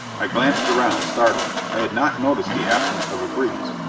i glanced around, startled. i had not noticed the absence of a breeze.